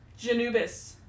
Janubis